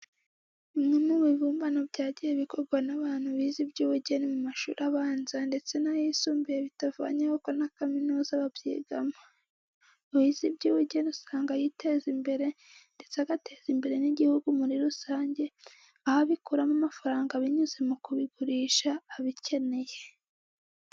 Bimwe mu bibumbano byagiye bikorwa n'abantu bize iby'ubugeni mu mashuri abanza ndetse n'ayisumbuye bitavanyeho ko na kaminuza babyigamo. Uwize iby'ubugeni usanga yiteza imbere ndetse agateza imbere n'igihugu muri rusange aho abikuramo amafaranga binyuze mu kubigurisha ababikeneye.